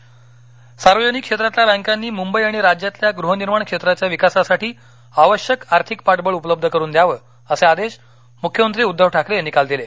बँका सार्वजनिक क्षेत्रातल्या बँकांनी मुंबई आणि राज्यातल्या गृहनिर्माण क्षेत्राच्या विकासासाठी आवश्यक आर्थिक पाठबळ उपलब्ध करून द्यावे असे आदेश मुख्यमंत्री उद्दव ठाकरे यांनी काल दिले